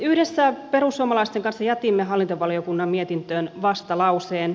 yhdessä perussuomalaisten kanssa jätimme hallintovaliokunnan mietintöön vastalauseen